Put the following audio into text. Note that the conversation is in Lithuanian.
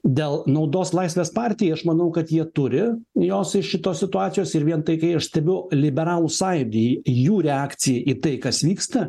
dėl naudos laisvės partijai aš manau kad jie turi jos iš šitos situacijos ir vien tai kai aš stebiu liberalų sąjūdį jų reakciją į tai kas vyksta